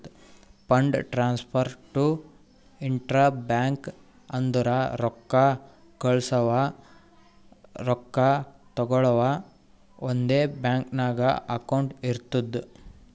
fund transfer to intra bank ಅಂದುರ್ ರೊಕ್ಕಾ ಕಳ್ಸವಾ ರೊಕ್ಕಾ ತಗೊಳವ್ ಒಂದೇ ಬ್ಯಾಂಕ್ ನಾಗ್ ಅಕೌಂಟ್ ಇರ್ತುದ್